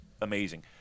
amazing